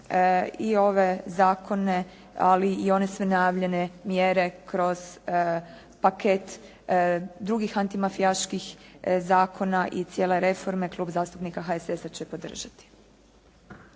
i ove zakone, ali i one sve najavljene mjere kroz paket drugih antimafijaških zakona i cijele reforme, Klub zastupnika HSS-a će podržati.